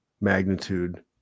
magnitude